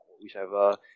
whichever